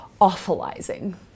awfulizing